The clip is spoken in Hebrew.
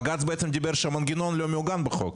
בג"ץ דיבר על כך שהמנגנון לא מעוגן בחוק.